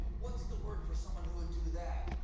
what's the word for someone who'd do that?